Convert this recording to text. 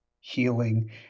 healing